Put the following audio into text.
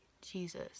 Jesus